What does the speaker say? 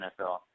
NFL